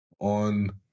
on